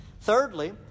Thirdly